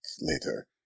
later